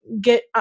get